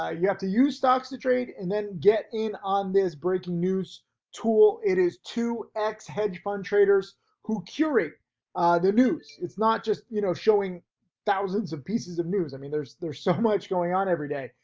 you have to use stocks to trade and then get in on this breaking news tool. it is two ex-hedge fund traders who curate the news. it's not just, you know, showing thousands of pieces of news. i mean there's there's so much going on every day.